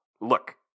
look